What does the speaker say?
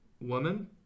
woman